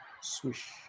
swish